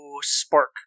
spark